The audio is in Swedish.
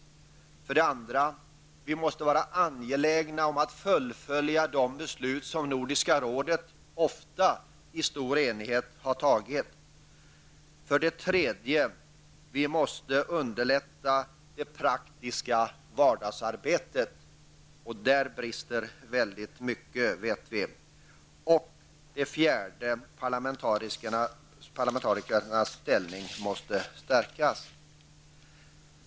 För det andra måste vi vara angelägna om att fullfölja de beslut som Nordiska rådet ofta i stor enighet har fattat. För det tredje måste vi underlätta det praktiska vardagsarbetet, och där vet vi att väldigt mycket brister. För det fjärde måste parlamentarikernas ställning stärkas.